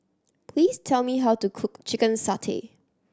please tell me how to cook chicken satay